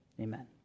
amen